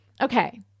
Okay